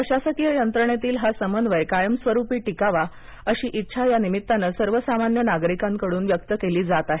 प्रशासकीय यंत्रणेतील हा समन्वय कायमस्वरूपी टिकावा अशीच इच्छा या निमित्तानं सर्वसामान्य नागरिकांकडून व्यक्त केली जात आहे